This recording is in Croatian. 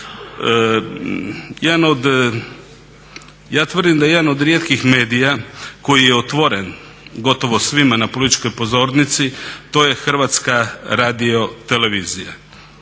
Ja tvrdim da jedan od rijetkih medija koji je otvoren gotovo svima na političkoj pozornici to je Hrvatska radiotelevizija.